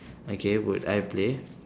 okay would I play